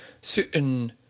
certain